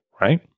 right